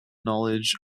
knowledge